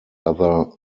other